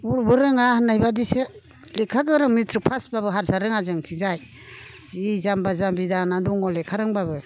उबो रोङा होननायबादिसो लेखा गोरों मेट्रिक फासबाबो हारसा रोङा जोंनिथिंजाय जि जाम्बा जाम्बि जानानै दङ लेखा रोंबाबो